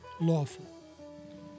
lawful